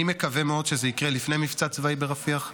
אני מקווה מאוד שזה יקרה לפני מבצע צבאי ברפיח.